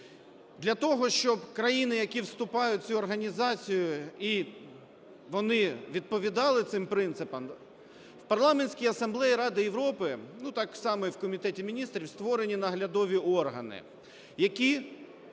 Для того, щоб країни, які вступають в цю організацію, і вони відповідали цим принципам в Парламентській Асамблеї Ради Європи, ну, і так само і в Комітеті Міністрів, створені наглядові органи, які